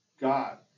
God